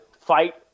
fight